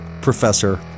professor